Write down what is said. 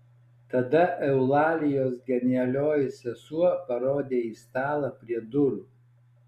tada eulalijos genialioji sesuo parodė į stalą prie durų